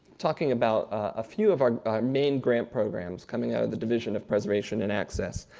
talking about a few of our main grant programs coming out of the division of preservation and access.